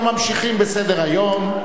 אנחנו ממשיכים בסדר-היום.